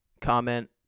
comment